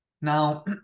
Now